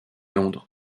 londres